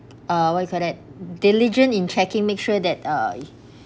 uh what you call that diligent in checking make sure that uh